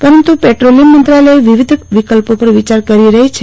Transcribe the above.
પરંતુ પેટ્રોલીયમ મંત્રાલથ વિવિધ વિકલ્પો પર વિચાર કરી રહી છે